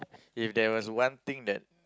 if there was one thing that